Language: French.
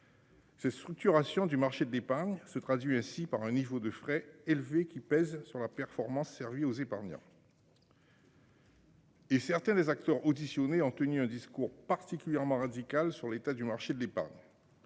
Ce structuration du marché de d'épargne se traduit aussi par un niveau de frais élevés qui pèsent sur la performance servis aux épargnants. Et certains des acteurs auditionnés ont tenu un discours particulièrement radical sur l'état du marché de l'épargne.